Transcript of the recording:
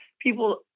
people